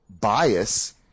bias